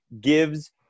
gives